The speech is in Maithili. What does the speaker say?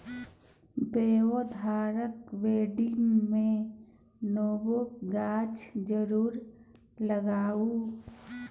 बौआ घरक बाडीमे नेबोक गाछ जरुर लगाउ